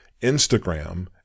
Instagram